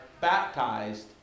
baptized